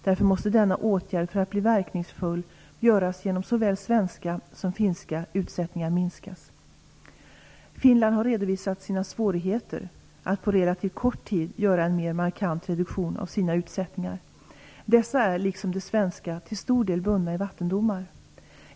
Därför måste denna åtgärd, för att bli verkningsfull, göras genom att såväl svenska som finska utsättningar minskar. Finland har redovisat sina svårigheter att på relativt kort tid göra en mer markant reduktion av sina utsättningar. Dessa är, liksom de svenska, till stor del bundna i vattendomar.